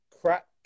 crack